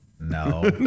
No